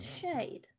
shade